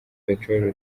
peteroli